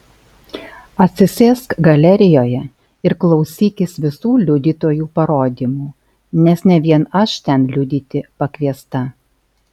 atsisėsk galerijoje ir klausykis visų liudytojų parodymų nes ne vien aš ten liudyti pakviesta